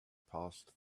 passed